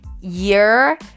year